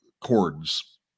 cords